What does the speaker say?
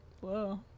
Whoa